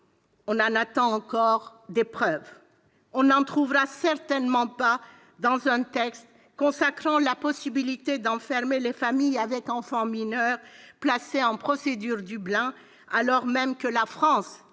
on en attend encore des preuves. On n'en trouvera certainement pas dans un texte consacrant la possibilité d'enfermer les familles avec enfants mineurs, placés en procédure Dublin, alors même que la France